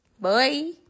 bye